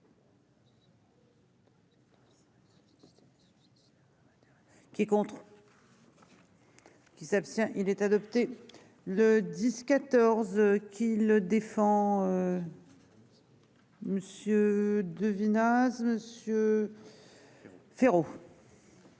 Qui s'abstient il est adopté, le 10 14 qui le défend.-- Monsieur de vinasse Monsieur. Féraud.